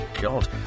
god